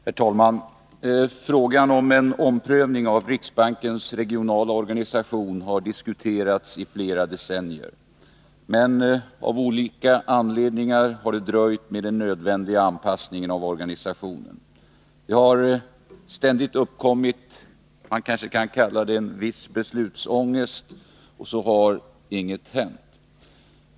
Herr talman! Frågan om en omprövning av riksbankens regionala organisation har diskuterats i flera decennier, men av olika anledningar har det dröjt med den nödvändiga anpassningen av organisationen. Det har ständigt uppkommit vad man kanske kan kalla en viss beslutsångest, och så har inget hänt.